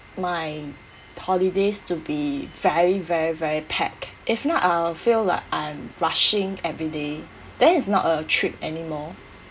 my holidays to be very very very pack if not I'll feel like I'm rushing every day then it's not a trip anymore